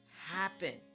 happen